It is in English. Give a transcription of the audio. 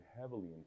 heavily